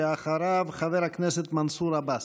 אחריו, חבר הכנסת מנסור עבאס.